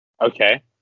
Okay